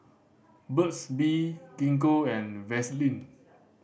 Burt's Bee Gingko and Vaselin